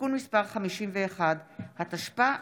התשפ"א 2021,